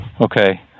Okay